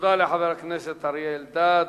תודה לחבר הכנסת אריה אלדד.